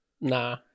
Nah